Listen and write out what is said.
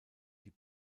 die